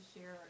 share